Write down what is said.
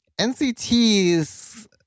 NCT's